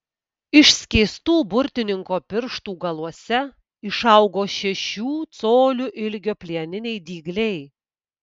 išskėstų burtininko pirštų galuose išaugo šešių colių ilgio plieniniai dygliai